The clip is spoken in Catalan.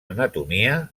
anatomia